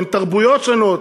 בין תרבויות שונות,